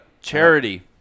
charity